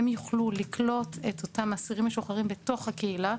הם יוכלו לקלוט את אותם אסירים משוחררים בתוך הקהילה.